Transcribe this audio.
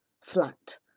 flat